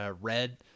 red